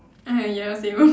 okay ya same ah